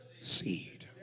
seed